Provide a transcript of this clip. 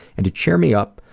and to cheer me up,